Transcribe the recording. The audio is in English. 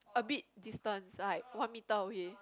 a bit distance like one meter away